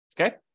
Okay